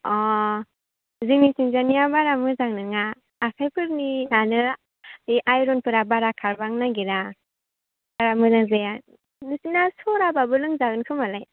अ जोंनिथिंजायनिया बारा मोजां नङा आखाइफोरनिआनो बे आयनफोरा बारा खारबांनो नागिरा बारा मोजां जाया नोंसोरना सराब्लाबो लोंजागोनखोमा लाय